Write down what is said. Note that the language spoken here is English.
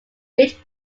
which